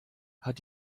hat